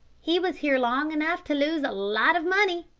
he was here long enough to lose a lot of money,